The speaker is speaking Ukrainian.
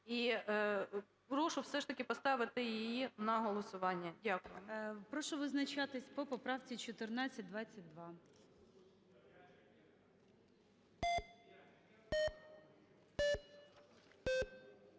І прошу все ж таки поставити її на голосування. Дякую. ГОЛОВУЮЧИЙ. Прошу визначатись по поправці 1422.